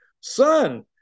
Son